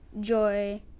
joy